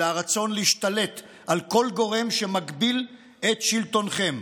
אלא הרצון להשתלט על כל גורם שמגביל את שלטונכם.